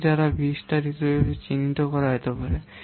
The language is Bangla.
V দ্বারা V স্টার হিসাবে চিহ্নিত করা যেতে পারে